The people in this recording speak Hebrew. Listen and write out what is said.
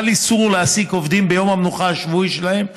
חל איסור להעסיק עובדים ביום המנוחה השבועי שלהם,